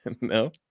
No